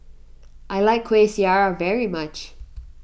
I like Kueh Syara very much